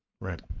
Right